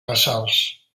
nasals